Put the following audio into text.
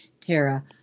Tara